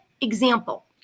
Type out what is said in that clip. example